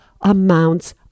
amounts